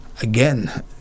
Again